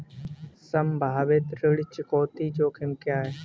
संभावित ऋण चुकौती जोखिम क्या हैं?